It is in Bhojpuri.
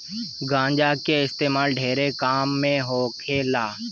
गांजा के इस्तेमाल ढेरे काम मे होखेला